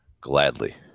gladly